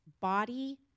body